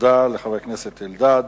תודה לחבר הכנסת אלדד.